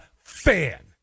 fan